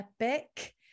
epic